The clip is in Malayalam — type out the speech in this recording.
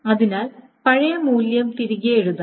അതിനാൽ പഴയ മൂല്യം തിരികെ എഴുതാം